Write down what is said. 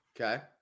Okay